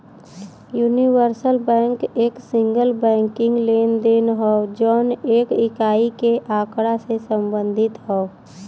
universal bank एक single banking लेनदेन हौ जौन एक इकाई के आँकड़ा से संबंधित हौ